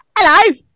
Hello